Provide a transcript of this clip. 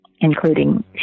including